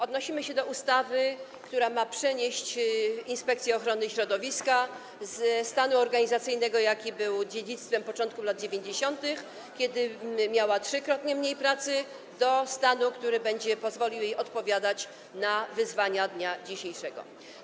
Odnosimy się do ustawy, która ma przenieść Inspekcję Ochrony Środowiska ze stanu organizacyjnego, jaki był dziedzictwem początku lat 90., kiedy miała trzykrotnie mniej pracy, do stanu, który będzie pozwalał jej odpowiadać na wyzwania dnia dzisiejszego.